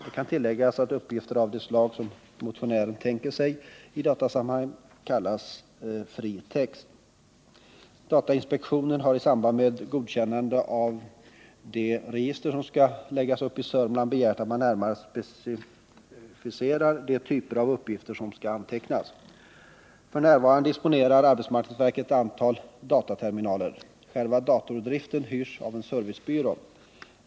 Det kan tilläggas att uppgifter av det slag som motionären tänker sig i datasammanhang kallas ”fri text”. Datainspektionen har i samband med godkännande av de register som skall läggas upp i Södermanland begärt att man närmare specificerar de typer av uppgifter som skall antecknas. F.n. disponerar arbetsmarknadsverket ett antal dataterminaler. Själva datordriften hyrs av en servicebyrå.